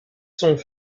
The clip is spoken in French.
sont